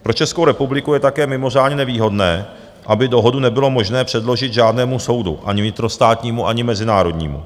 Pro Českou republiku je také mimořádně nevýhodné, aby dohodu nebylo možné předložit žádnému soudu, ani vnitrostátnímu, ani mezinárodnímu.